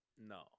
No